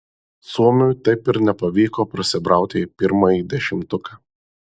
suomiui taip ir nepavyko prasibrauti į pirmąjį dešimtuką